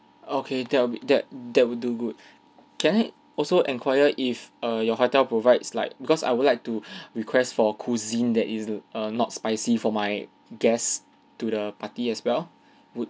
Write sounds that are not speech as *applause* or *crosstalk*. okay that will be that that will do good can I also enquire if err your hotel provides like because I would like to *breath* request for cuisine that is err not spicy for my guests to the party as well good